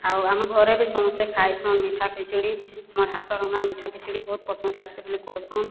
ଆଉ ଆମ ଘରେ ବି ସମସ୍ତେ ଖାଇସନ୍ ମିଠା ଖେଚେଡ଼ି ମୋର୍ ହାତରନ୍ଧା ମିଠା ଖେଚେଡ଼ି ବହୁତ୍ ପସନ୍ଦ୍ ଲାଗ୍ସି ବୋଲି କହେସନ୍